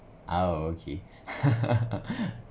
ah okay